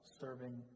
serving